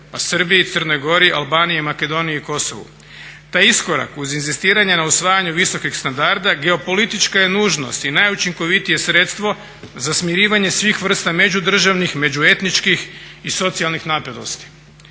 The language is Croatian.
pa Srbiji, Crnoj Gori, Albaniji, Makedoniji i Kosovu. Taj iskorak uz inzistiranje na usvajanju visokih standarda geopolitička je nužnost i najučinkovitije sredstvo za smirivanje svih vrsta međudržavnih, međuetničkih i socijalnih napetosti.